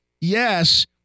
yes